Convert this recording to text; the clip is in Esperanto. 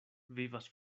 vivas